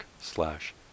slash